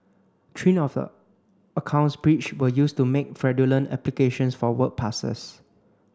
three of the accounts breached were used to make fraudulent applications for work passes